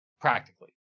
practically